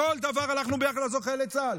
בכל דבר הלכנו ביחד לעזור לחיילי צה"ל.